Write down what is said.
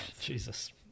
Jesus